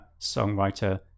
songwriter